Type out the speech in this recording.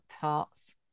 tarts